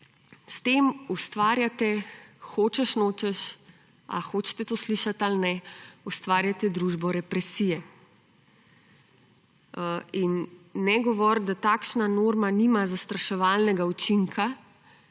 S tem ustvarjate, hočeš nočeš, ali hočete to slišati ali ne, ustvarjate družbo represije. In ne govoriti, da takšna norma nimam zastraševalnega učinka,